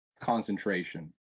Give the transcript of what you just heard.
concentration